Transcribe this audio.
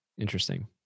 Interesting